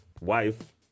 wife